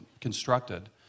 constructed